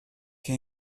che